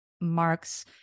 marks